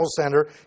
Center